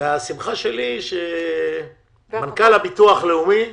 השמחה שלי היא מנכ"ל הביטוח הלאומי,